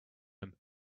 him